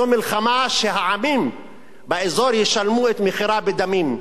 זו מלחמה שהעמים באזור ישלמו את מחירה בדמים.